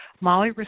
Molly